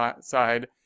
side